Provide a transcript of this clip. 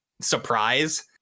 surprise